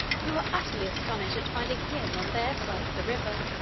who were utterly astonished at finding him on their side of the river.